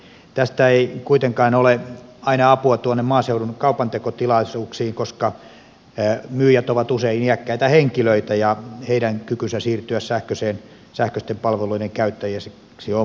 tästä ei kuitenkaan ole aina apua tuonne maaseudun kaupantekotilaisuuksiin koska myyjät ovat usein iäkkäitä henkilöitä ja heidän kykynsä siirtyä sähköisten palveluiden käyttäjäksi on varsin rajallinen